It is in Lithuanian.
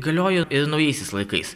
galiojo ir naujaisiais laikais